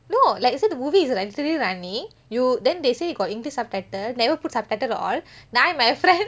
no like so the movie is like literally running you then they say got english subtitle never put subtitle all now and my friend